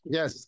Yes